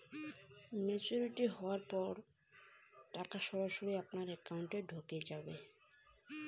Maturity হওয়ার পর টাকা সরাসরি একাউন্ট এ ঢুকে য়ায় কি?